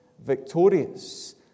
victorious